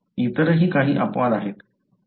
इतरही काही अपवाद आहेत